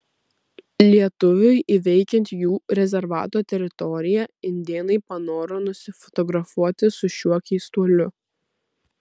lietuviui įveikiant jų rezervato teritoriją indėnai panoro nusifotografuoti su šiuo keistuoliu